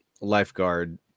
lifeguard